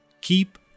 Keep